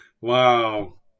wow